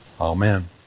amen